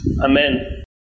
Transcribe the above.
Amen